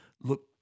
look